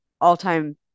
all-time